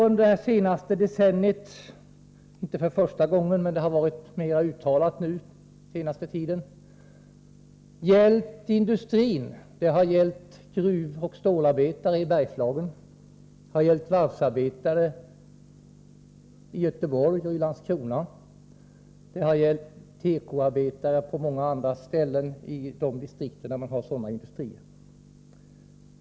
Under det senaste decenniet — det är inte för första gången, men det har varit mera uttalat den senaste tiden — har det gällt industrin. Det har gällt gruvoch stålarbetare i Bergslagen. Det har gällt varvsarbetare i Göteborg och Landskrona. Det har gällt tekoarbetare på många ställen i de distrikt där man har sådana industrier.